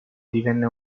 divenne